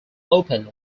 opened